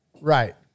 Right